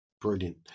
brilliant